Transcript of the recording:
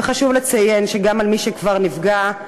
וחשוב לציין שגם במי שכבר נפגע,